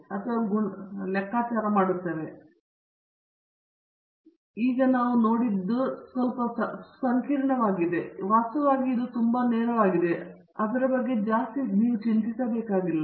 ಸರಿ ನಾವು ಏನನ್ನಾದರೂ ನೋಡುತ್ತಿದ್ದೇವೆ ಇದು ಸ್ಪಷ್ಟವಾಗಿ ಸಂಕೀರ್ಣವಾಗಿದೆ ಇದು ವಾಸ್ತವವಾಗಿ ತುಂಬಾ ನೇರವಾದದ್ದು ಅದರ ಬಗ್ಗೆ ನೀವು ಹೆಚ್ಚು ಚಿಂತಿಸಬೇಕಾಗಿಲ್ಲ